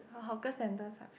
hawker centres are